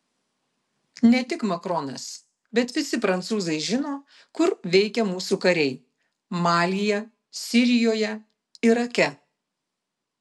ne tik macronas bet visi prancūzai žino kur veikia mūsų kariai malyje sirijoje irake